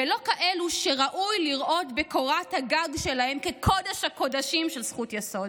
ולא כאלה שראוי לראות בקורת הגג שלהם קודש-הקודשים של זכות יסוד.